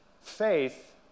Faith